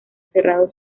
cerrado